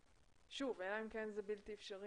שוב, אלא אם כן זה טכנית בלתי אפשרית.